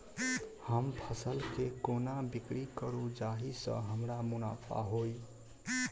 हम फसल केँ कोना बिक्री करू जाहि सँ हमरा मुनाफा होइ?